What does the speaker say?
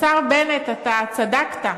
השר בנט, אתה צדקת,